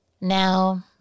Now